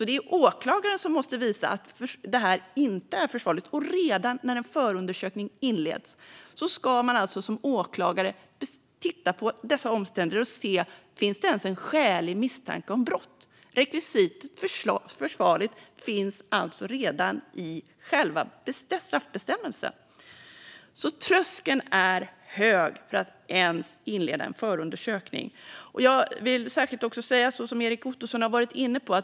Det är alltså åklagaren som måste visa att det inte är försvarligt. Redan när en förundersökning inleds ska man som åklagare titta på omständigheterna och se om det ens finns en skälig misstanke om brott. Rekvisitet försvarligt finns alltså redan i själva straffbestämmelsen, så tröskeln är hög för att ens inleda en förundersökning. Jag vill också särskilt säga det som även Erik Ottoson var inne på.